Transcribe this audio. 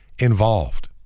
Involved